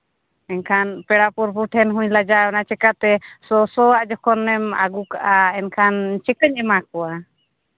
ᱢᱮᱱᱠᱷᱟᱱ ᱯᱮᱲᱟ ᱯᱚᱨᱵᱷᱩ ᱴᱷᱮᱱ ᱦᱚᱸᱧ ᱞᱟᱡᱟᱣᱱᱟ ᱪᱤᱠᱟᱛᱮ ᱥᱚ ᱥᱚᱣᱟᱜ ᱡᱚᱠᱷᱚᱱᱮᱢ ᱟᱹᱜᱩ ᱠᱟᱜᱼᱟ ᱮᱱᱠᱷᱟᱱ ᱪᱤᱠᱟᱹᱧ ᱮᱢᱟ ᱠᱚᱣᱟ